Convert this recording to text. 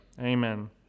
Amen